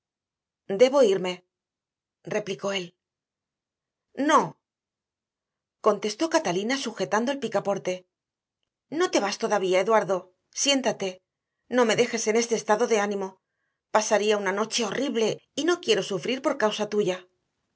debo irme replicó él no contestó catalina sujetando el picaporte no te vas todavía eduardo siéntate no me dejes en este estado de ánimo pasaría una noche horrible y no quiero sufrir por causa tuya